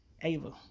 Ava